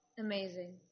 Amazing